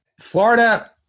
Florida